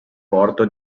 porto